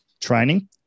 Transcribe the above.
training